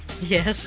Yes